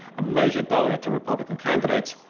a major donor to republican candidates,